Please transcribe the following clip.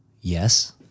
Yes